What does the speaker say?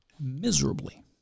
miserably